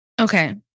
Okay